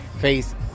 face